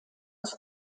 aus